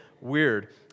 weird